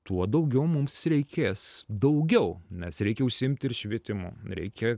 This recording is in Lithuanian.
tuo daugiau mums reikės daugiau nes reikia užsiimti ir švietimu reikia